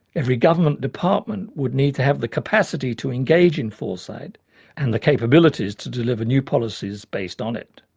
every government department would need to have the capacity to engage in foresight and the capabilities to deliver new policies based on it.